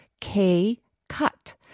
K-Cut